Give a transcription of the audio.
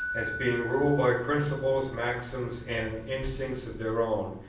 as being ruled by principles, maxims, and instincts of their own,